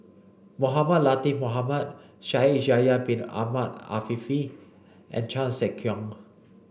Mohamed Latiff Mohamed Shaikh Yahya bin Ahmed Afifi and Chan Sek Keong